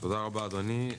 תודה רבה אדוני.